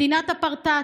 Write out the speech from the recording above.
מדינת הפרטאץ'